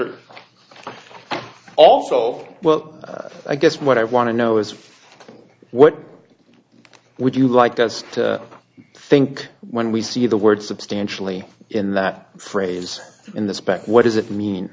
three also well i guess what i want to know is what would you like us i think when we see the word substantially in that phrase in the spec what does it mean